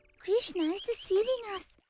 krishna is deceiving us.